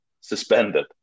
suspended